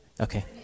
Okay